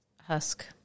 husk